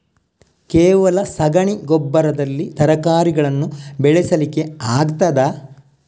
ಕೇವಲ ಸಗಣಿ ಗೊಬ್ಬರದಲ್ಲಿ ತರಕಾರಿಗಳನ್ನು ಬೆಳೆಸಲಿಕ್ಕೆ ಆಗ್ತದಾ?